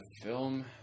film